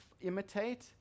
imitate